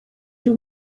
you